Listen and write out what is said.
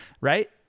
right